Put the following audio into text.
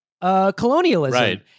colonialism